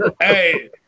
hey